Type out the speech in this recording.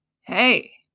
hey